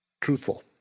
truthful